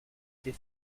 des